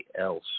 else